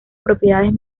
propiedades